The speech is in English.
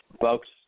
Folks